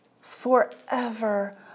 Forever